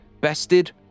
bested